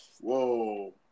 Whoa